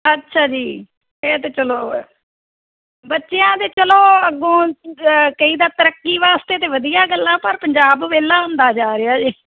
ਅੱਛਾ ਜੀ ਇਹ ਤਾਂ ਚਲੋ ਬੱਚਿਆਂ ਦੇ ਚਲੋ ਅੱਗੋਂ ਕਹੀ ਦਾ ਤਰੱਕੀ ਵਾਸਤੇ ਅਤੇ ਵਧੀਆ ਗੱਲਾਂ ਪਰ ਪੰਜਾਬ ਵਿਹਲਾ ਹੁੰਦਾ ਜਾ ਰਿਹਾ ਜੇ